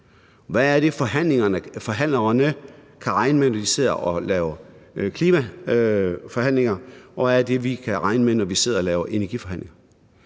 Hvad er det, forhandlerne kan regne med, når de sidder og laver klimaforhandlinger, og hvad er det, vi kan regne med, når vi sidder og laver energiforhandlinger?